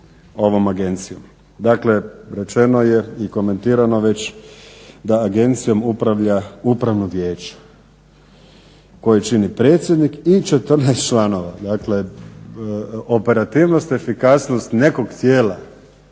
Dakle, rečeno je i komentirano već da agencijom upravlja upravno vijeće koje čini predsjednik i 14 članova. Dakle, operativnost i efikasnost nekog tijela